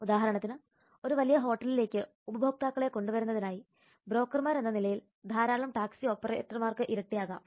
ഉദാഹരണത്തിന് ഒരു വലിയ ഹോട്ടലിലേക്ക് ഉപഭോക്താക്കളെ കൊണ്ടുവരുന്നതിനായി ബ്രോക്കർമാരെന്ന നിലയിൽ ധാരാളം ടാക്സി ഓപ്പറേറ്റർമാർക്ക് ഇരട്ടിയാകാം